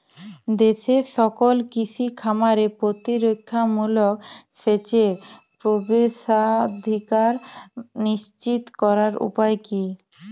দেশের সকল কৃষি খামারে প্রতিরক্ষামূলক সেচের প্রবেশাধিকার নিশ্চিত করার উপায় কি?